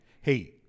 Hey